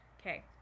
Okay